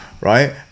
right